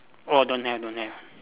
orh don't have don't have